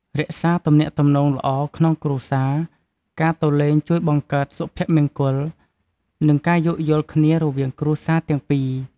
រក្សាទំនាក់ទំនងល្អក្នុងគ្រួសារ ការទៅលេងជួយបង្កើតសុភមង្គល និងការយោគយល់គ្នារវាងគ្រួសារទាំងពីរ។